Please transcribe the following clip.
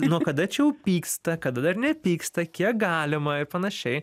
nuo kada čia jau pyksta kada dar nepyksta kiek galima ir panašiai